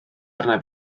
arnaf